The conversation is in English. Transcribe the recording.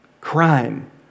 Crime